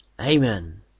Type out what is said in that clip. Amen